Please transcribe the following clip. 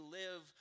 live